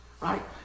right